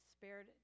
spared